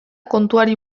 kontuari